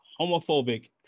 homophobic